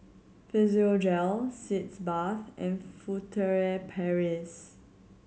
Physiogel Sitz Bath and Furtere Paris